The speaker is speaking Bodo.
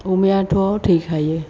अमायाथ' थैखायो